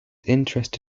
interest